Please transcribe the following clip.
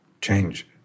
change